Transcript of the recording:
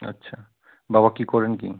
আচ্ছা বাবা কী করেন কী